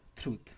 truth